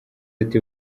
ati